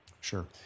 sure